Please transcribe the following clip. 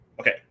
okay